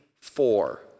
four